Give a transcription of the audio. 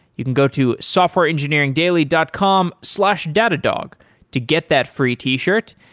you can go to softwareengineering daily dot com slash datadog to get that free t-shirt,